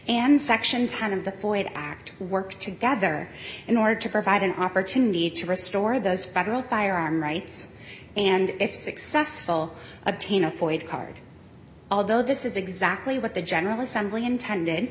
and sections head of the foid act work together in order to provide an opportunity to restore those federal firearm rights and if successful obtain a for id card although this is exactly what the general assembly intended